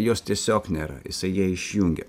jos tiesiog nėra jisai ją išjungia